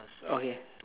okay